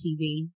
TV